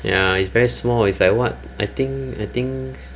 ya it's very small it's like what I think I think